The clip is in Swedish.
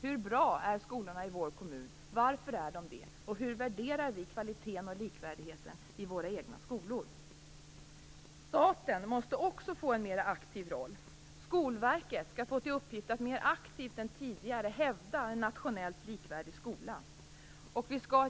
Hur bra är skolorna i vår kommun? Varför är de det? Hur värderar vi kvaliteten och likvärdigheten i våra egna skolor? Staten måste också få en mer aktiv roll. Skolverket skall få till uppgift att mer aktivt än tidigare hävda en nationellt likvärdig skola.